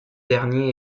dernier